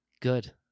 Good